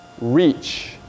reach